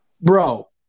Bro